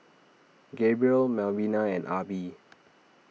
Gabriel Malvina and Arbie